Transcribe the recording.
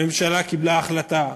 הממשלה קיבלה החלטה,